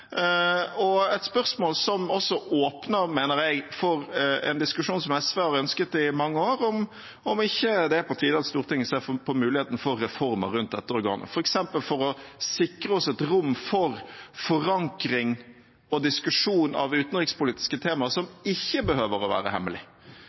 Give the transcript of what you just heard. et spørsmål som jeg mener åpner for en diskusjon som SV har ønsket i mange år, om ikke det er på tide at Stortinget ser på muligheten for reformer rundt dette organet, f.eks. for å sikre oss et rom for forankring og diskusjon av utenrikspolitiske temaer som